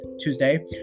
Tuesday